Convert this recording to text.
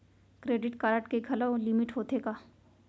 Credit card के घलव limit होथे का?